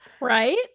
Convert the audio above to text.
Right